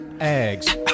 Eggs